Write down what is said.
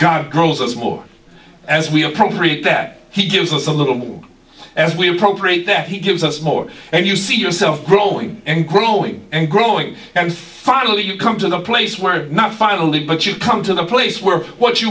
god grows as more as we appropriate that he gives us a little more as we appropriate that he gives us more and you see yourself growing and growing and growing and finally you come to the place where now finally but you come to the place where what